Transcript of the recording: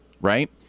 right